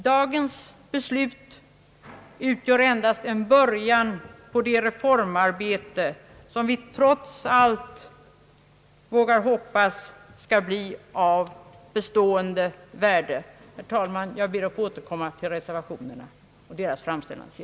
Dagens beslut utgör endast en början på ett reformarbete, som vi trots allt vågar hoppas skall bli av bestående värde. Herr talman! Jag ber att få återkomma till reservationerna senare.